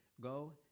go